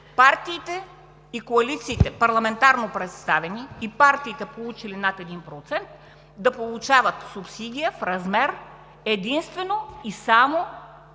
партиите и коалициите – парламентарно представени, и партиите, получили над 1%, да получават субсидия в размер единствено и само